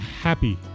happy